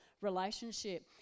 relationship